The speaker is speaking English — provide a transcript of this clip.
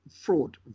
fraud